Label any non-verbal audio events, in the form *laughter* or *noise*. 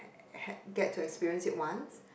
*noise* get to experienced it once